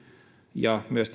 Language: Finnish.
ja myös